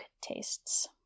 tastes